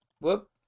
Whoop